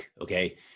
okay